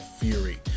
Fury